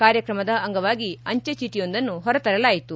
ಕಾರ್ಯಕ್ರಮದ ಅಂಗವಾಗಿ ಅಂಚೆ ಚೀಟಿಯೊಂದನ್ನು ಹೊರತರಲಾಯಿತು